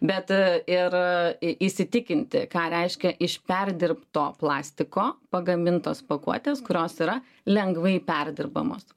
bet ir į įsitikinti ką reiškia iš perdirbto plastiko pagamintos pakuotės kurios yra lengvai perdirbamos